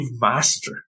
Master